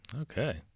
okay